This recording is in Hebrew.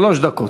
שלוש דקות.